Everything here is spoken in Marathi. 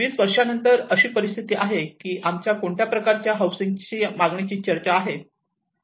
20 वर्षानंतर अशी परिस्थिती आहे की आमच्या कोणत्या प्रकारच्या हाउसिंग मागणीची चर्चा आहे